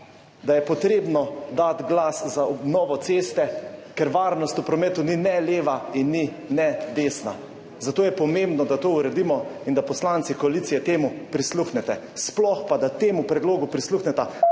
da je potrebno dati glas za obnovo ceste, ker varnost v prometu ni ne leva in ni ne desna. Zato je pomembno, da to uredimo in da poslanci koalicije temu prisluhnete. Sploh pa, da temu predlogu prisluhneta